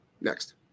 Next